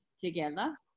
together